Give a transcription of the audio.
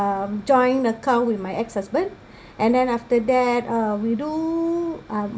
um joint account with my ex husband and then after that uh we do uh